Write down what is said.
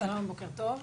בוקר טוב.